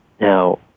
Now